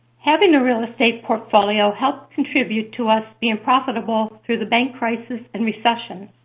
having a real estate portfolio helped contribute to us being profitable through the bank crisis and recession.